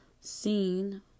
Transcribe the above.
seen